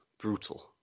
brutal